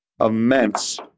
immense